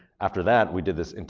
after that, we did this and